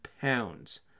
pounds